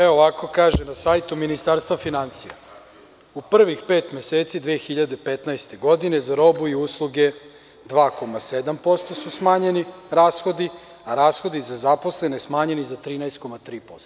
Evo ovako, kaže na sajtu Ministarstva finansija – u prvih pet meseci 2015. godine, za robu i usluge, 2,7% su smanjeni rashodi, a rashodi za zaposlene smanjeni za 13,3%